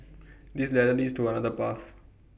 this ladder leads to another path